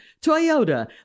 Toyota